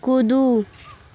कूदू